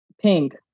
Pink